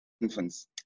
infants